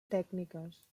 tècniques